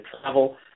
travel